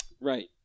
Right